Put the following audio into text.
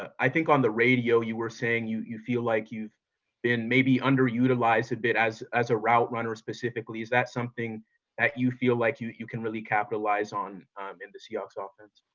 i think on the radio, you were saying you you feel like you've been maybe underutilized a bit as as a route runner specifically. is that something that you feel like you you can really capitalize on um in the seahawks ah offense?